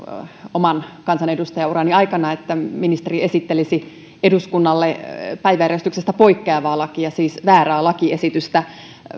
oman kansanedustajaurani aikana että ministeri esittelisi eduskunnalle päiväjärjestyksestä poikkeavaa lakia siis väärää lakiesitystä